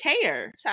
care